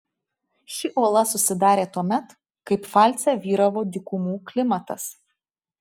ši uola susidarė tuomet kai pfalce vyravo dykumų klimatas